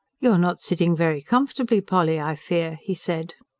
you are not sitting very comfortably, polly, i fear? he said.